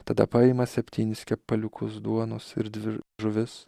tada paima septynis kepaliukus duonos ir dvi žuvis